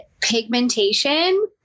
pigmentation